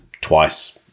twice